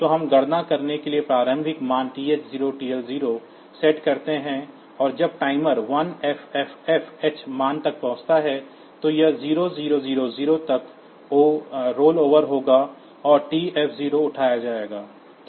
तो हम गणना करने के लिए प्रारंभिक मान TH0 TL0 सेट करते हैं और जब टाइमर 1FFFH मान तक पहुंचता है तो यह 0000 तक रोलओवर होगा और TF0 उठाया जाएगा